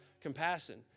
Compassion